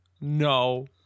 no